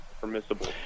permissible